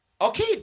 Okay